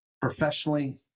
professionally